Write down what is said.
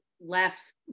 left